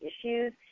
issues